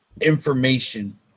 information